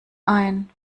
ein